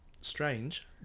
Strange